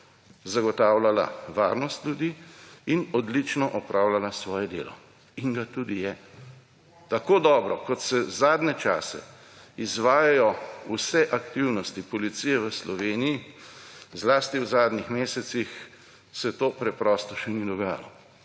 zagotavljala varnost ljudi in odlično opravljala svoje delo. In ga tudi je. Tako dobro, kot se zadnje čase izvajajo vse aktivnosti policije v Sloveniji, zlasti v zadnjih mesecih, se to preprosto še ni dogajalo.